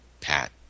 Pat